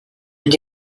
and